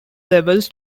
levels